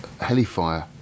HeliFire